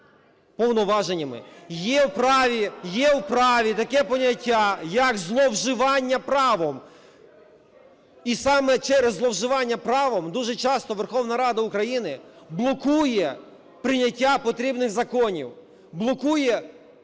Є в праві таке поняття як "зловживання правом". І саме через зловживання правом дуже часто Верховна Рада України блокує прийняття потрібних законів.